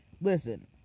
Listen